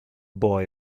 boy